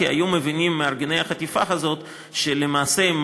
כי היו מבינים מארגני החטיפה הזאת שלמעשה הם